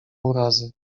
urazy